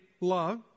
love